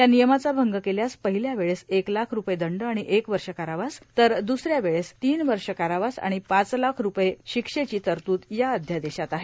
या नियमाचा भंग केल्यास पहिल्या वेळेस एक लाख रूपये दंड आणि एक वर्ष कारावास तर द्रसऱ्या वेळेस तीव वर्ष कारावास आणि पाच लाख रूपये शिक्षेची तरतूद या अध्यादेशात आहे